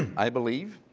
i believe